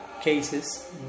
cases